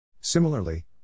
Similarly